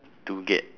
to get